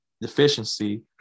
deficiency